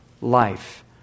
life